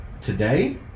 Today